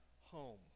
home